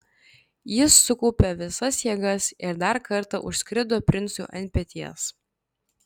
jis sukaupė visas jėgas ir dar kartą užskrido princui ant peties